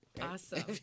Awesome